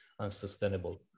unsustainable